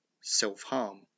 self-harm